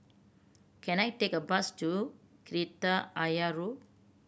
can I take a bus to Kreta Ayer Road